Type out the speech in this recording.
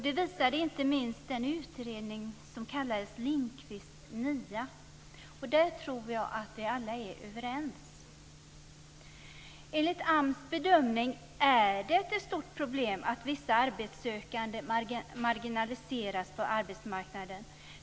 Det visar inte minst Lindqvists utredning, Lindqvists nia. Jag tror att vi alla är överens. Enligt AMS bedömning är det ett stort problem att vissa arbetssökande marginaliseras på arbetsmarknaden.